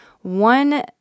one